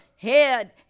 head